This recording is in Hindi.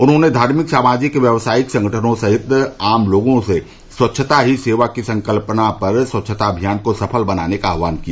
उन्होंने धार्मिक सामाजिक व्यवसायिक संगठनों सहित आम लोगों से स्वच्छता ही सेवा की संकल्पना पर स्वच्छता अभियान को सफल बनाने का आह्वान किया